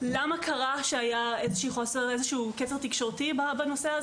למה קרה שהיה קצר תקשורתי בנושא,